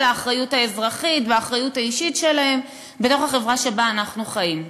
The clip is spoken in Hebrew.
האחריות האזרחית והאחריות האישית שלהם בתוך החברה שבה אנו חיים.